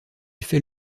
fait